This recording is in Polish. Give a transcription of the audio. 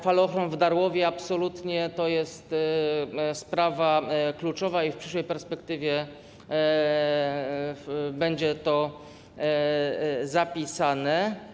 Falochron w Darłowie - absolutnie to jest sprawa kluczowa i w przyszłej perspektywie będzie to zapisane.